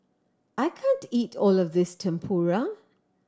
I can't eat all of this Tempura